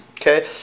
okay